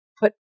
put